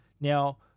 Now